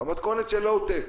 במתכונת לואו-טק,